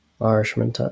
Irishman